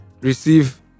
receive